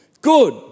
good